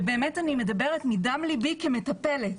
באמת אני מדברת מדם ליבי כמטפלת